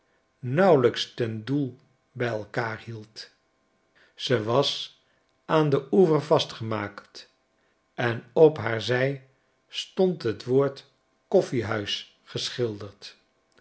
nauwelijks den boel by elkaar hield ze was aan den oever vastgemaakt en op haar zij stond het woord koffiehuis geschilderd